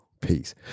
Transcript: peace